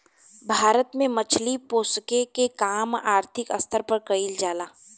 भारत में मछली पोसेके के काम आर्थिक स्तर पर कईल जा ला